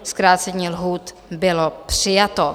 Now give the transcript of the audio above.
Zkrácení lhůt bylo přijato.